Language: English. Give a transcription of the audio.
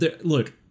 Look